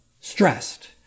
stressed